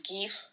give